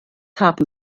haben